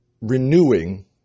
renewing